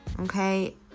okay